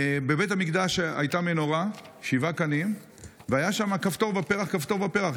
בבית המקדש הייתה מנורת שבעה קנים והיה שם כפתור ופרח כפתור ופרח.